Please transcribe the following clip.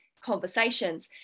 conversations